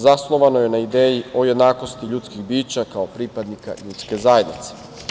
Zasnovano je na ideji o jednakosti ljudskih bića, kao pripadnika ljudske zajednice.